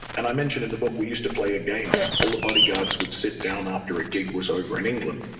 and i mention in the book we used to play a game. all the bodyguards would sit down after a gig was over in england,